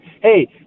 hey